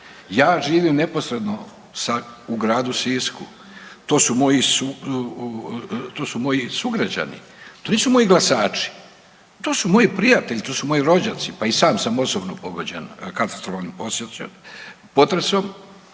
Ja živim neposredno u Gradu Sisku. To su moji sugrađani. To nisu moji glasači. To su moji prijatelji, to su moji rođaci. Pa i sam sam osobno pogođen katastrofalnim posljedicama potresom.